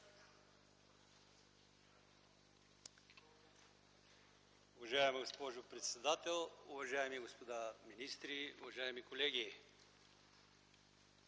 Уважаема госпожо председател, уважаеми господа министри, уважаеми колеги!